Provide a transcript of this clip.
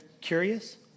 Curious